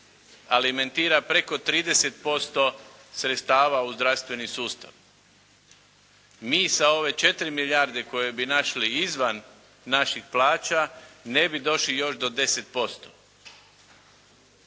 alimentira preko 30% sredstva u zdravstveni sustav. Mi sa ove 4 milijarde koje bi našli izvan naših plaća ne bi došli još do 10%.